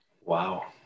Wow